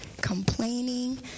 complaining